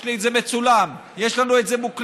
יש לי את זה מצולם, יש לנו את זה מוקלט.